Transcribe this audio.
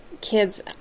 kids